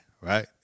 right